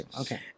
Okay